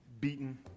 beaten